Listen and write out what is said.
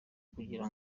kugira